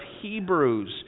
Hebrews